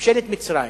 ממשלת מצרים